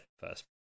first